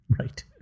Right